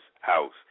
house